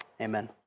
Amen